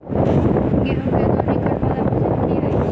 गेंहूँ केँ दौनी करै वला मशीन केँ होइत अछि?